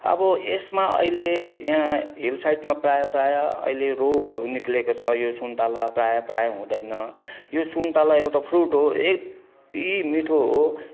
अब यसमा अहिले यहाँ हिल साइडमा प्रायः प्रायः अहिले रोगहरू निस्केको छ यो सुन्तला प्रायः प्रायः हुँदैन यो सुन्तला एउटा फ्रुट हो यति मिठो हो